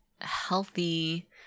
healthy